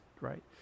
right